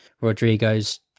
Rodrigo's